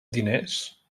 diners